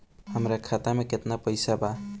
हमरा खाता में केतना पइसा बा?